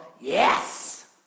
Yes